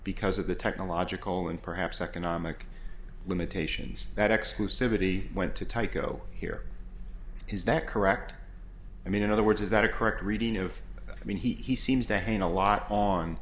because of the technological and perhaps economic limitations that exclusivity went to tycho here is that correct i mean in other words is that a correct reading of i mean he seems to hang a lot on